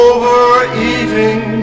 Overeating